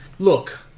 Look